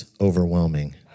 overwhelming